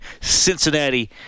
Cincinnati